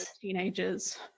teenagers